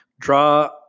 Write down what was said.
Draw